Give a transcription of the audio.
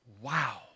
wow